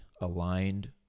aligned